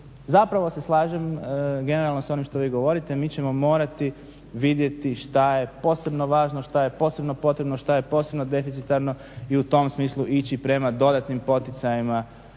zapravo se slažem generalno s onim što vi govorite. Mi ćemo morati vidjeti šta je posebno važno, šta je posebno potrebno, šta je posebno deficitarno i u tom smislu ići prema dodatnim poticajima